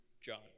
John